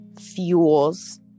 fuels